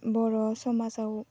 बर' समाजाव